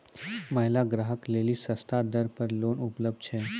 महिला ग्राहक लेली सस्ता दर पर लोन उपलब्ध छै?